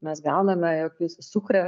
mes gauname jog jis sukuria